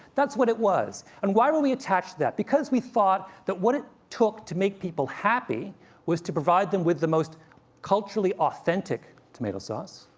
that's what it was. and why were we attached to that? because we thought that what it took to make people happy was to provide them with the most culturally authentic tomato sauce,